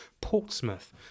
Portsmouth